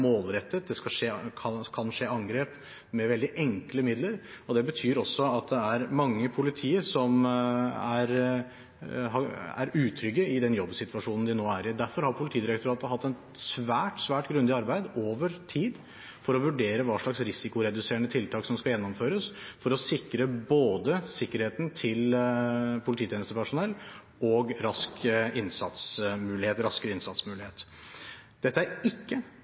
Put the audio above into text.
målrettet, det kan skje angrep med veldig enkle midler. Det betyr også at det er mange i politiet som er utrygge i den jobbsituasjonen de nå er i. Derfor har Politidirektoratet hatt et svært, svært grundig arbeid over tid for å vurdere hva slags risikoreduserende tiltak som skal gjennomføres, for å sikre både sikkerheten til polititjenestepersonell og raskere innsatsmulighet. Dette er ikke